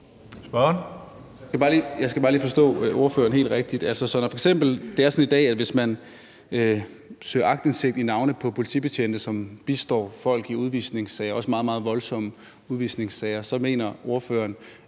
Jeg skal bare lige forstå ordføreren helt rigtigt. Så når det f.eks. er sådan i dag, at hvis man søger aktindsigt i navne på politibetjente, som bistår folk i udvisningssager, også meget, meget voldsomme udvisningssager, så mener ordføreren,